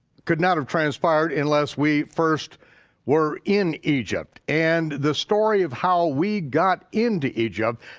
could not have transpired unless we first were in egypt, and the story of how we got into egypt,